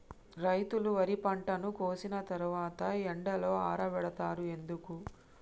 రైతులు వరి పంటను కోసిన తర్వాత ఎండలో ఆరబెడుతరు ఎందుకు?